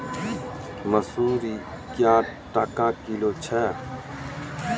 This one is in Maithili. मसूर क्या टका किलो छ?